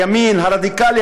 הימין הרדיקלי,